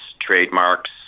trademarks